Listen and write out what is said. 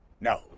No